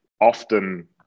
often